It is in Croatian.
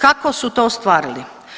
Kako su to ostvarili?